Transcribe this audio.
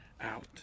out